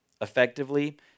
effectively